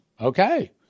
okay